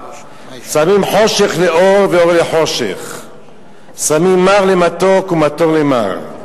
שמים חשך לאור ואור לחשך שמים מר למתוק ומתוק למר,